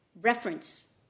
reference